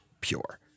pure